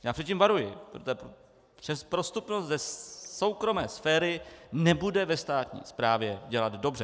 Já před tím varuji, protože prostupnost ze soukromé sféry nebude ve státní správě dělat dobře.